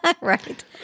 Right